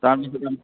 তাৰ